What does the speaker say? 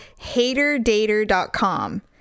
haterdater.com